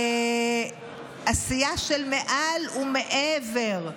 בעשייה מעל ומעבר,